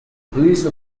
police